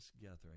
gathering